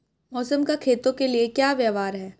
मौसम का खेतों के लिये क्या व्यवहार है?